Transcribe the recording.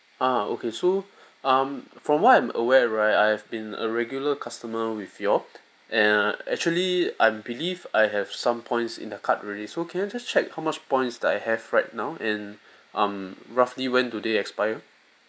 uh okay so um from what I'm aware right I've been a regular customer with you all and actually I believe I have some points in the card already so can I just check how much points that I have right now in um roughly when do they expire